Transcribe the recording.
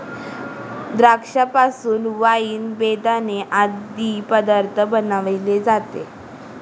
द्राक्षा पासून वाईन, बेदाणे आदी पदार्थ बनविले जातात